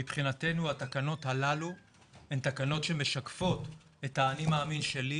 מבחינתנו התקנות הללו הן תקנות שמשקפות את האני מאמין שלי,